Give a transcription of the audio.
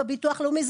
בביטוח לאומי,